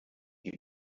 die